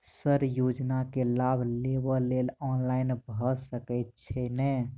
Sir योजना केँ लाभ लेबऽ लेल ऑनलाइन भऽ सकै छै नै?